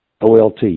Olt